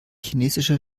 chinesische